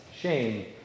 shame